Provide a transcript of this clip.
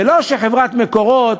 זה לא שחברת "מקורות"